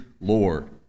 Lord